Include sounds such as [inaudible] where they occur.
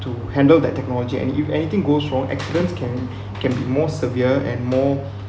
to handle that technology and if anything goes wrong accidents can [breath] can be more severe and more [breath]